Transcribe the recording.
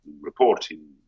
reporting